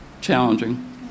challenging